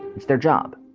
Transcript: it's their job.